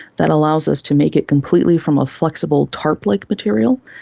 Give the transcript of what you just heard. that allows us to make it completely from a flexible tarp-like material.